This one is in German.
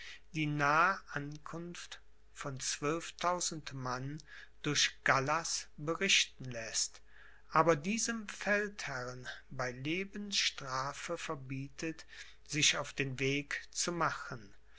die nahe ankunft von zwölftausend mann durch gallas berichten läßt aber diesem feldherrn bei lebensstrafe verbietet sich auf den weg zu machen